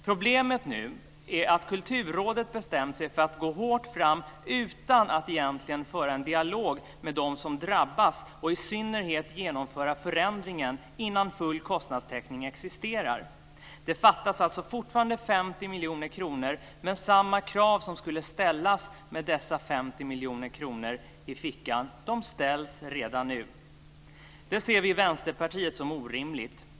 Problemet nu är att Kulturrådet bestämt sig för att gå hårt fram utan att egentligen föra en dialog med dem som drabbas och i synnerhet genomföra förändringen innan full kostnadstäckning existerar. Det fattas fortfarande 50 miljoner kronor. Men samma krav som skulle ställas med dessa 50 miljoner kronor i fickan ställs redan nu. Det ser vi i Vänsterpartiet som orimligt.